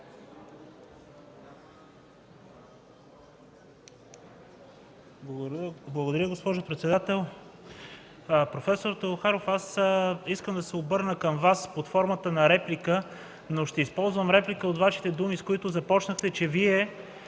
Благодаря, госпожо председател.